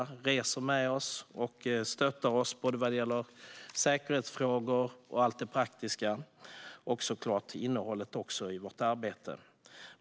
De reser med oss och stöttar oss såväl vad gäller säkerhetsfrågor som allt det praktiska och, såklart, innehållet i vårt arbete.